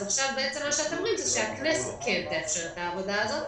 אז עכשיו אתם אומרים שהכנסת תאפשר את העבודה הזאת